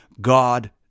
God